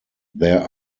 there